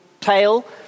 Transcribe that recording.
tail